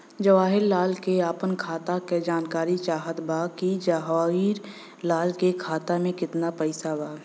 जवाहिर लाल के अपना खाता का जानकारी चाहत बा की जवाहिर लाल के खाता में कितना पैसा बा?